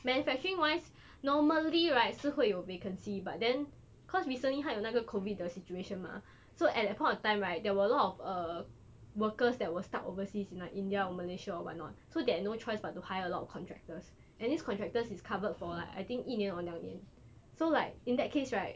manufacturing wise normally right 是会有 vacancy but then cause recently 还有那个 COVID 的 situation mah so at that point of time right there were a lot of err workers that will start overseas in like india malaysia or what not so they've no choice but to hire a lot of contractors and these contractors is covered for lah I think 一年 or 两年 so like in that case right